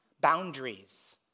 boundaries